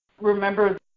Remember